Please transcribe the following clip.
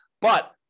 But-